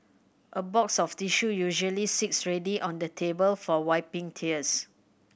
a box of tissue usually sits ready on the table for wiping tears